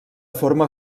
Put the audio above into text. forma